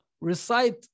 Recite